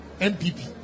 MPP